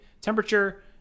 Temperature